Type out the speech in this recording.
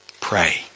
Pray